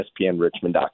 ESPNRichmond.com